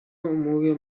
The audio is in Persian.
امور